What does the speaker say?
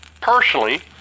personally